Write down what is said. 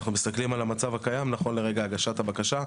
אנחנו מסתכלים על המצב הקיים נכון לרגע הגשת הבקשה,